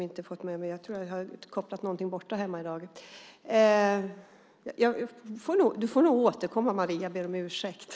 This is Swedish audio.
Det är väl bättre än att stå fast vid exakta siffror.